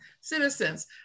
citizens